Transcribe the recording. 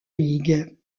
ligue